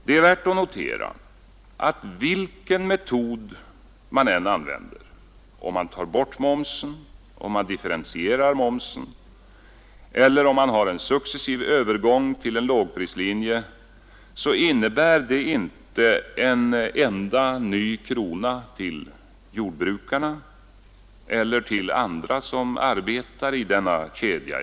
Det är värt att notera att vilken metod man än använder — om man tar bort momsen, om man differentierar momsen eller om man har en successiv övergång till en lågprislinje — innebär det inte en enda ny krona till jordbrukarna eller till andra som arbetar i denna kedja.